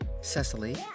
Cecily